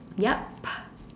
yup